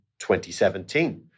2017